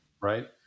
right